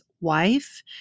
wife